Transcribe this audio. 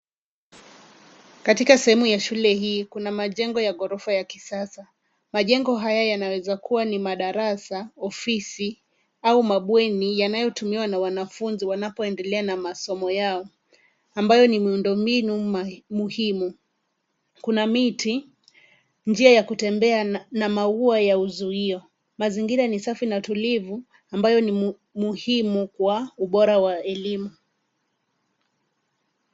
Katika sehemu ya shule hii kuna majengo ya gorofa ya kisasa. Majengo haya yanaweza kuwa ni madarasa, ofisi au mabweni yanayotumiwa na wanafunzi wanapoendelea na masomo yao, ambayo ni miundo mbinu muhimu. Kuna miti, njia ya kutembea na maua ya uzuio. Mazingira ni safi na tulivu, ambayo ni muhimu kwa ubora wa elimu.